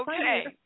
Okay